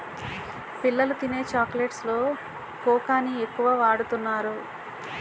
పిల్లలు తినే చాక్లెట్స్ లో కోకాని ఎక్కువ వాడుతున్నారు